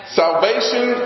salvation